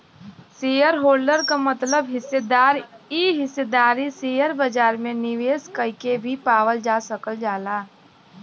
shareholder क मतलब हिस्सेदार इ हिस्सेदारी शेयर बाजार में निवेश कइके भी पावल जा सकल जाला